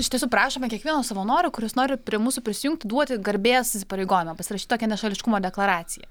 iš tiesų prašome kiekvieno savanorio kuris nori prie mūsų prisijungti duoti garbės įsipareigojimą pasirašyt tokią nešališkumo deklaraciją